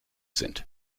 sind